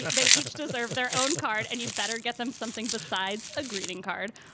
they each deserve their own card and you better get them something besides a greeting card.